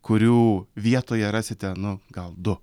kurių vietoje rasite nu gal du